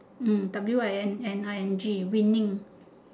hmm W I N N I N G winning